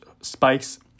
spikes